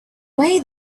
way